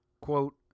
Quote